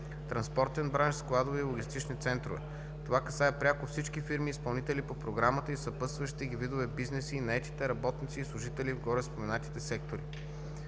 транспортен бранш, складове и логистични центрове. Това касае пряко всички фирми, изпълнители по Програмата, и съпътстващите ги видове бизнеси и наетите работници и служители в гореспоменатите сектори.